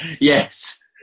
yes